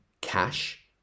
cash